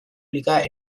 liga